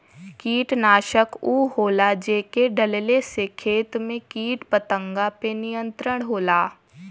कीटनाशक उ होला जेके डलले से खेत में कीट पतंगा पे नियंत्रण होला